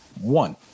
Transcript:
one